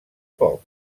poc